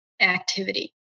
activity